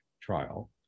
trial